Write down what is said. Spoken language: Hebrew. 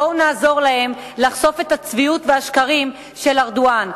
בואו נעזור להם לחשוף את הצביעות והשקרים של ארדואן.